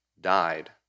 died